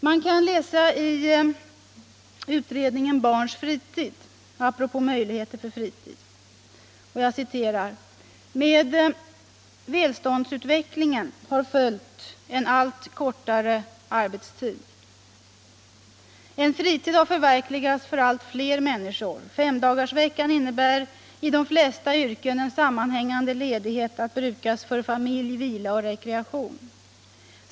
| Man kan läsa i betänkandet Barns fritid — SOU 1974:42 — apropå möjligheter för fritid: ”Med välståndsutvecklingen har följt en allt kortare arbetstid. En fritid har förverkligats för allt fler människor. Femdagarsveckan innebär i de flesta yrken en sammanhängande ledighet att brukas för familj, vila och ' rekreation.